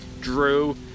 Drew